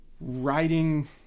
writing